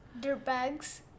Dirtbags